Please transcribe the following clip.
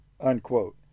unquote